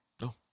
No